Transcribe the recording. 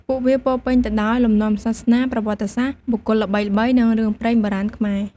ពួកវាពោរពេញទៅដោយ លំនាំសាសនា ប្រវត្តិសាស្ត្រ បុគ្គលល្បីៗ និងរឿងព្រេងបុរាណខ្មែរ។